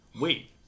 Wait